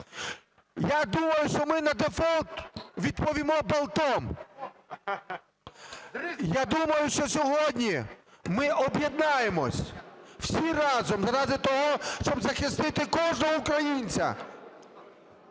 Я думаю, що ми на дефолт відповімо болтом. Я думаю, що сьогодні ми об'єднаємось всі разом заради того, щоб захистити кожного українця.